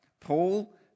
Paul